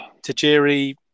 Tajiri